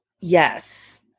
Yes